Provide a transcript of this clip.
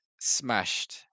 smashed